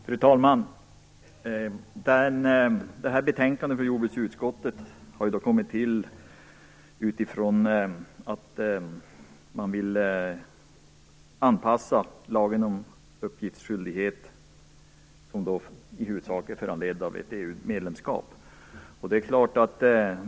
Fru talman! Detta betänkande från jordbruksutskottet har kommit till utifrån att man vill anpassa lagen om uppgiftsskyldighet som i huvudsak är föranledd av EU-medlemskapet.